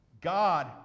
God